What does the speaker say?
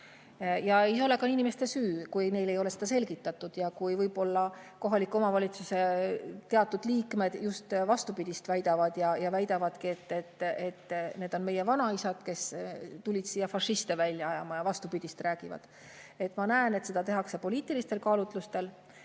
Aga ei ole ka inimeste süü, kui neile ei ole seda selgitatud ja kui võib-olla kohaliku omavalitsuse teatud liikmed just vastupidist väidavad. Nad räägivad, et need on meie vanaisad, kes tulid siia fašiste välja ajama. Ma näen, et seda teevad poliitilistel kaalutlustel